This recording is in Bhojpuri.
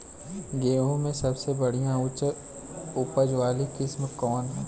गेहूं में सबसे बढ़िया उच्च उपज वाली किस्म कौन ह?